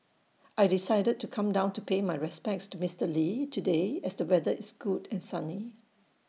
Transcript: I decided to come down to pay my respects to Mister lee today as the weather is good and sunny